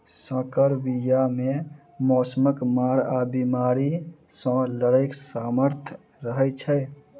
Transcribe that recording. सँकर बीया मे मौसमक मार आ बेमारी सँ लड़ैक सामर्थ रहै छै